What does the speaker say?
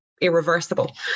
irreversible